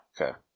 okay